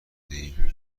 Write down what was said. ایم